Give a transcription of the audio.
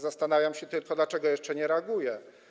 Zastanawiam się tylko, dlaczego jeszcze nie reaguje.